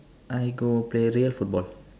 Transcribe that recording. I go play real football